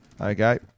Okay